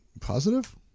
positive